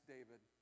David